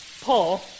Paul